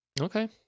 Okay